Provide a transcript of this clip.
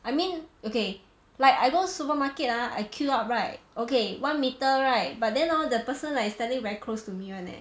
I mean okay like I go supermarket ah I queue up right okay one meter right but then hor the person like standing very close to me [one] eh